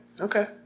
Okay